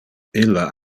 illa